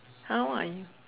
how old are you